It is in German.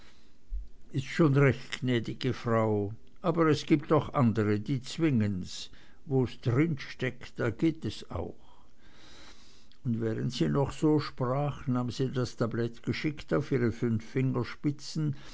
ist schon recht gnäd'ge frau aber es gibt doch andere die zwingen's wo's drinsteckt da geht es auch und während sie noch so sprach nahm sie das tablett geschickt auf ihre fünf fingerspitzen